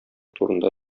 турында